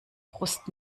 brust